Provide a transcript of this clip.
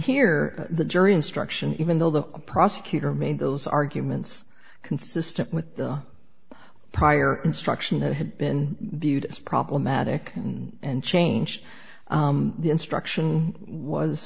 here the jury instruction even though the prosecutor made those arguments consistent with the prior instruction that had been viewed as problematic and changed the instruction was